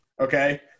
okay